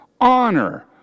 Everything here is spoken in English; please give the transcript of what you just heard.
honor